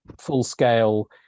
full-scale